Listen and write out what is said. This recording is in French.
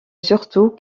surtout